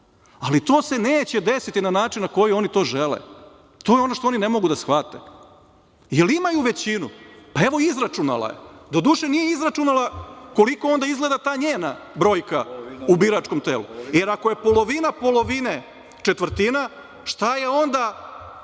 Ali, to se neće desiti na način na koji oni to žele, to je ono što oni ne mogu da shvate. Jel imaju većinu? Pa, evo izračunala je, doduše, nije izračunala koliko onda izgleda ta njena brojka u biračkom telu, jer ako je polovina polovine četvrtina, šta je onda